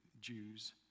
Jews